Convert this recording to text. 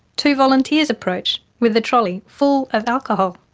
two volunteers approach with a trolley full of alcohol.